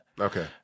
Okay